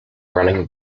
running